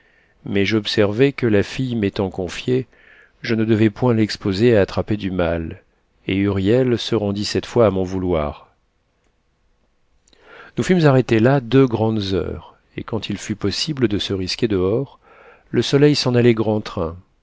mais j'observai que la fille m'étant confiée je ne devais point l'exposer à attraper du mal et huriel se rendit cette fois à mon vouloir nous fûmes arrêtés là deux grandes heures et quand il fut possible de se risquer dehors le soleil s'en allait grand train